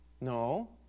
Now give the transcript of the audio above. No